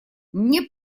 мне